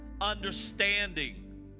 understanding